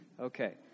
Okay